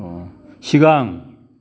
सिगां